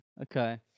Okay